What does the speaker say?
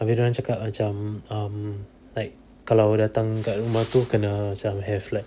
abeh dia orang cakap macam um like kalau datang kat rumah tu kena macam have like